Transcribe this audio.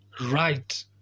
right